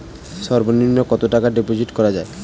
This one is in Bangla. সর্ব নিম্ন কতটাকা ডিপোজিট করা য়ায়?